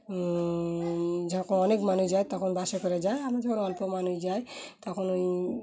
যখন অনেক মানুষ যায় তখন বাসে করে যায় আমার যখন অল্প মানুষ যাই তখন ওই